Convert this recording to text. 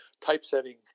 typesetting